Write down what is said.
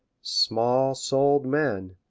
small souled men,